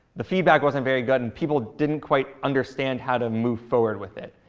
the feedback wasn't very good. and people didn't quite understand how to move forward with it.